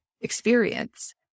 experience